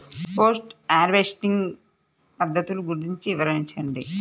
Post harvesting పద్ధతులు గురించి వివరించండి?